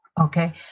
Okay